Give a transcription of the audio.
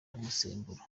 umusemburo